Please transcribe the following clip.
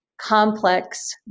Complex